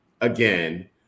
again